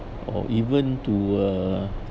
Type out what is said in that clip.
or even to a